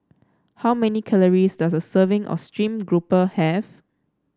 how many calories does a serving of stream grouper have